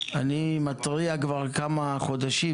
אני מתריע כבר כמה חודשים,